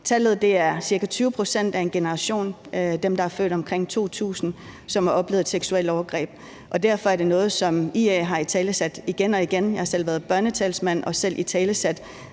Tallet er ca. 20 pct. af en generation, altså dem, der er født omkring år 2000, som har oplevet et seksuelt overgreb, og derfor er det noget, som IA har italesat igen og igen. Jeg har selv været børnetalsmand og italesat